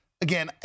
again